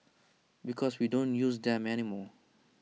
because we don't use them anymore